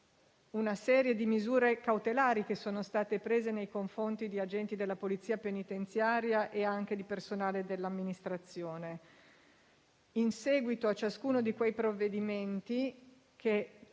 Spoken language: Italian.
una serie di misure cautelari che sono state prese nei confronti di agenti della Polizia penitenziaria e anche di personale dell'amministrazione? Vi risparmio la lettura dei provvedimenti per